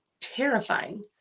terrifying